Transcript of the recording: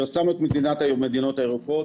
פרסמנו את המדינות הירוקות,